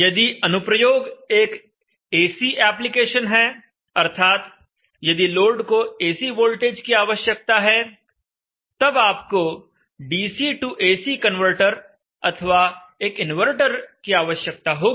यदि अनुप्रयोग एक एसी एप्लीकेशन है अर्थात यदि लोड को एसी वोल्टेज की आवश्यकता है तब आपको डीसी टु एसी कन्वर्टर अथवा एक इनवर्टर की आवश्यकता होगी